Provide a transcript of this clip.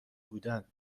بودن